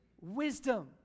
wisdom